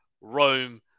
Rome